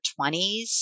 20s